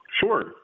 Sure